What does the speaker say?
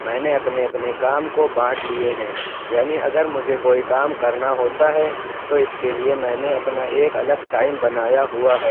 میں نے اپنے اپنے کام کو بانٹ لیے ہیں یعنی اگر مجھے کوئی کام کرنا ہوتا ہے تو اِس کے لیے میں نے اپنا ایک الگ ٹائم بنایا ہُوا ہے